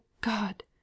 God